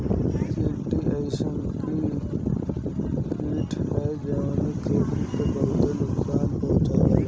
टिड्डा अइसन कीट ह जवन खेती के बहुते नुकसान पहुंचावेला